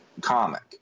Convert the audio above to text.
comic